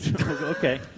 Okay